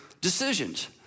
decisions